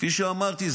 כפי שאמרתי,